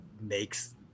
makes